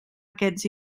aquests